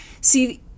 See